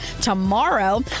tomorrow